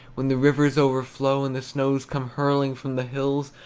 when the rivers overflow, and the snows come hurrying from the hills,